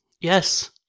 Yes